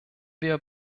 wir